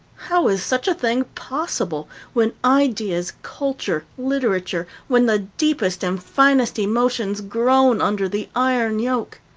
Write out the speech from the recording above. how is such a thing possible when ideas, culture, literature, when the deepest and finest emotions groan under the iron yoke?